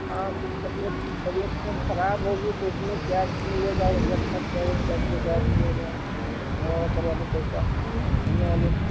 हाँ तो तबियत तबियत उबियत ख़राब होगी तो उसमें क्या मिलेगा तो क्या मिलेगा बीमा वीमा करवाने पर पैसा बीमा वाले में